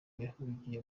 yahungiye